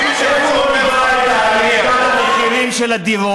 איך הוא לא ניבא את ירידת המחירים של הדירות?